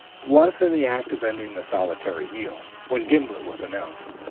was in the act of ending a solitary meal, when gimblet was announced.